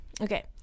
okay